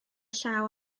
llaw